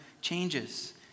changes